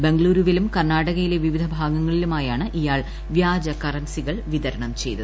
ബംഗുളുരുവിലും കർണ്ണാടകയുടെ വിവിധ ഭാഗങ്ങളിലുമാണ് ഇയാൾ വ്യാജ കറൻസികൾ വിതരണം ചെയ്തത്